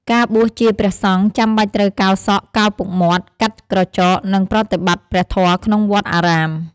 ការបួសជាព្រះសង្ឃចាំបាច់ត្រូវកោរសក់ កោរពុកមាត់ កាត់ក្រចក និងប្រតិបត្តិព្រះធម៌ក្នុងវត្តអារាម។